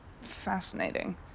Fascinating